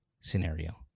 scenario